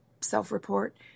self-report